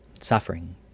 suffering